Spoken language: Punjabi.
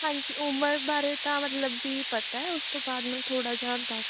ਹਾਂਜੀ ਉਮਰ ਬਾਰੇ ਤਾਂ ਮਤਲਬ ਵੀ ਪਤਾ ਹੈ ਉਸ ਤੋਂ ਬਾਅਦ ਮੈਨੂੰ ਥੋੜ੍ਹਾ ਜਿਹਾ ਦੱਸ